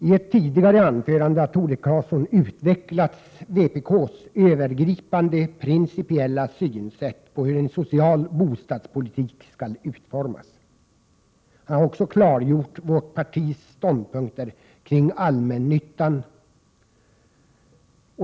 I ett tidigare anförande har Tore Claeson utvecklat vpk:s övergripande principiella synsätt på hur en social bostadspolitik skall utformas. Han har också klargjort vårt partis ståndpunkter kring allmännyttan.